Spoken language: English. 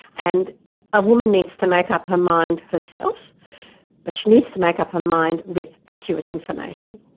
and a woman needs to make up her mind herself but she needs to make up her mind with accurate information.